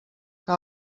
que